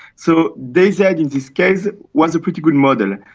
so dayz and in this case was a pretty good model.